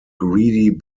greedy